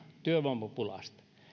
työvoimapulaa